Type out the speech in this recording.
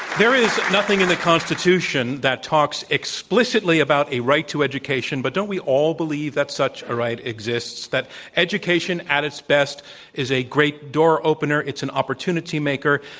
there is nothing in the constitution that talks explicitly about a right to education. but don't we all believe that such a right exists, that education at its best is a great door opener? it's an opportunity maker.